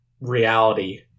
reality